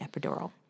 epidural